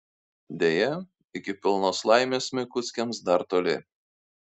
deja iki pilnos laimės mikuckiams dar toli